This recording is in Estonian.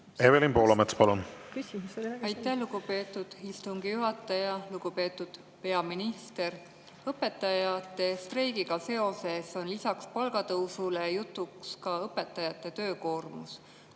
Ei kavatse. Aitäh, lugupeetud istungi juhataja! Lugupeetud peaminister! Õpetajate streigiga seoses on lisaks palgatõusule jutuks õpetajate töökoormus.